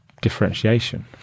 differentiation